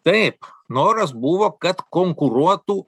taip noras buvo kad konkuruotų